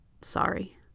Sorry